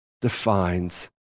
defines